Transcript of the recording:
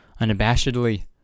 unabashedly